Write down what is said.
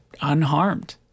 unharmed